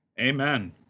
Amen